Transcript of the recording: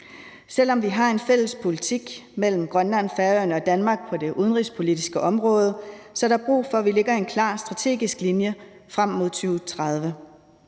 Selv om vi har en fælles politik mellem Grønland, Færøerne og Danmark på det udenrigspolitiske område, er der brug for, at vi lægger en klar strategisk linje frem mod 2030.